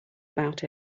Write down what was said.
about